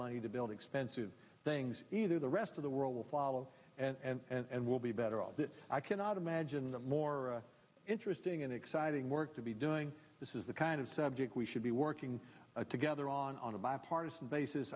money to build expensive things either the rest of the world will follow and will be better off that i cannot imagine a more interesting and exciting work to be doing this is the kind of subject we should be working together on on a bipartisan basis